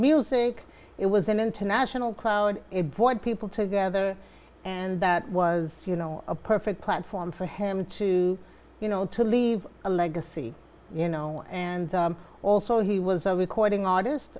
music it was an international crowd it brought people together and that was you know a perfect platform for him to you know to leave a legacy you know and also he was a recording artist